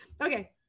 Okay